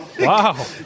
Wow